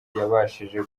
yabashije